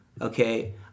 Okay